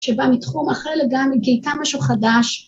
שבה מתחום אחר לגמרי גליתה משהו חדש.